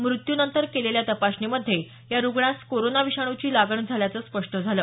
मृत्यूनंतर केलेल्या तपासणीमध्ये या रुग्णास कोरोना विषाणूची लागण झाल्याचं स्पष्ट झालं